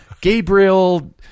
Gabriel